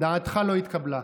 אז דעתך לא התקבלה.